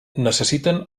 necessiten